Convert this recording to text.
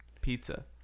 pizza